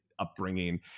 upbringing